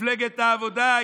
מפלגת העבודה,